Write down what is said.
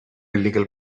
illegal